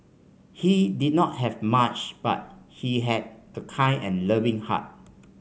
he did not have much but he had a kind and loving heart